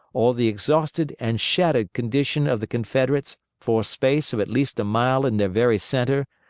or the exhausted and shattered condition of the confederates for a space of at least a mile in their very centre,